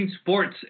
sports